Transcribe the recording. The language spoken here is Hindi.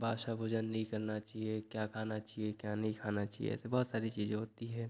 बासा भोजन नहीं करना चाहिए क्या खाना चाहिए क्या नहीं खाना चाहिए ऐसी बहुत सारी चीजें होती हैं